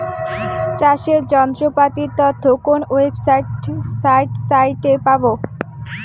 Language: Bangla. চাষের যন্ত্রপাতির তথ্য কোন ওয়েবসাইট সাইটে পাব?